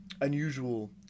unusual